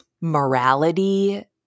morality